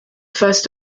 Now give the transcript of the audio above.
first